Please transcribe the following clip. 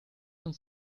uns